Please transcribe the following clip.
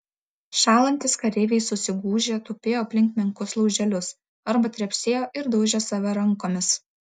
šąlantys kareiviai susigūžę tupėjo aplink menkus lauželius arba trepsėjo ir daužė save rankomis